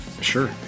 Sure